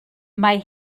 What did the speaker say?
mae